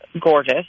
Gorgeous